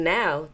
now